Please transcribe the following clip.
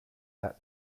that